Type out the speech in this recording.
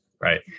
right